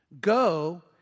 Go